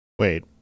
Wait